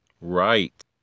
Right